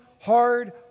hard